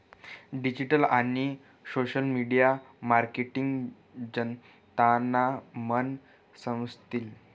digital आणि social media marketing जनतानं मन समजतीस